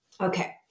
Okay